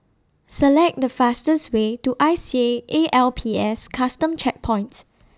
Select The fastest Way to I C A A L P S Custom Checkpoint